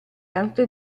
arte